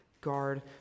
Guard